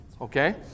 Okay